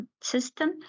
system